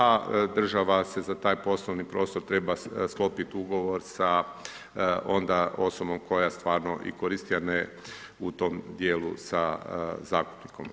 A država se za taj poslovni prostor treba sklopit ugovor onda sa osobom koja stvarno i koristi, a ne u tom djelu sa zakupnikom.